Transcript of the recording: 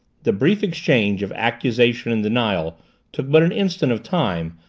the brief exchange of accusation and denial took but an instant of time,